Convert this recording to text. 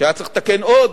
שהיה צריך לתקן עוד.